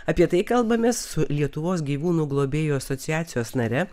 apie tai kalbamės su lietuvos gyvūnų globėjų asociacijos nare